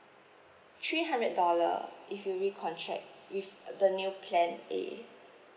three hundred dollar if you recontract with the new plan A